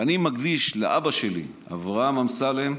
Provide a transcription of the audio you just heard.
אני מקדיש לאבא שלי, אברהם אמסלם,